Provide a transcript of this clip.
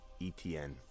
ETN